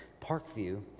Parkview